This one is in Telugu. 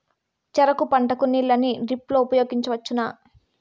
చెరుకు పంట కు నీళ్ళని డ్రిప్ లో ఉపయోగించువచ్చునా?